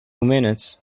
minutes